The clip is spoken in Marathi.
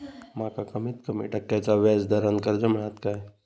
माका कमीत कमी टक्क्याच्या व्याज दरान कर्ज मेलात काय?